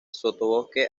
sotobosque